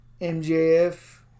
MJF